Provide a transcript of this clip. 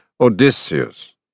Odysseus